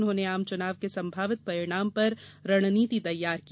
उन्होंने आम चुनाव के संभावित परिणाम पर रणनीति तैयार की